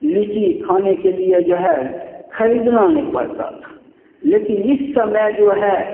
लीची खाने के लिए जो है खरीदना नइ पड़ता था लेकिन इस समय जो है